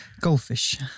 Goldfish